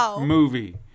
movie